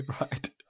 right